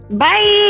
Bye